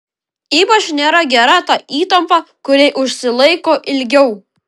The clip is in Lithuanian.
ypač nėra gera ta įtampa kuri užsilaiko ilgiau